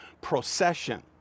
procession